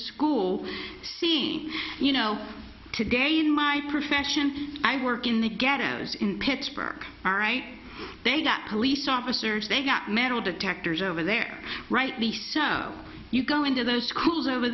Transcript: school seeing you know today in my profession i work in the ghettos in pittsburgh all right they got police officers they got metal detectors over there rightly so you go into those schools over